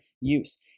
use